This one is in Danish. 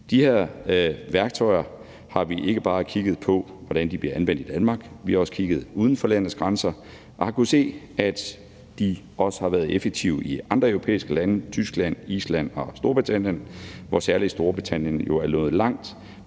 De her værktøjer har vi ikke bare kigget på hvordan bliver anvendt i Danmark, vi har også kigget uden for landets grænser og har kunnet se, at de også har været effektive i andre europæiske lande, i Tyskland, Island og Storbritannien, hvor særlig Storbritannien jo er nået langt